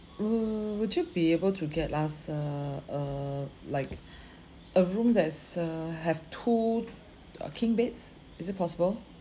err would you be able to get us uh uh like a room that's uh have two uh king beds is it possible